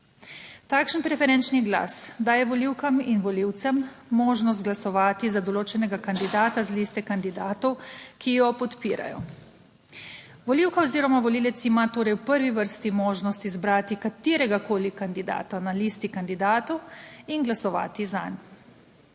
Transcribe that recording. Takšen preferenčni glas daje volivkam in volivcem možnost glasovati za določenega kandidata z liste kandidatov, ki jo podpirajo. Volivka oziroma volivec ima torej v prvi vrsti možnost izbrati kateregakoli kandidata na listi kandidatov in glasovati zanj.